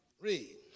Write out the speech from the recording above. Read